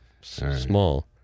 small